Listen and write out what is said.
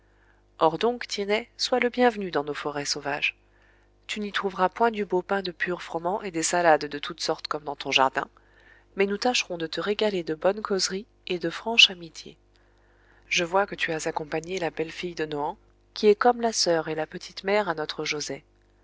or donc tiennet sois le bienvenu dans nos forêts sauvages tu n'y trouveras point du beau pain de pur froment et des salades de toutes sortes comme dans ton jardin mais nous tâcherons de te régaler de bonne causerie et de franche amitié je vois que tu as accompagné la belle fille de nohant qui est comme la soeur et la petite mère à notre joset